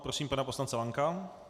Prosím pana poslance Lanka.